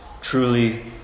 truly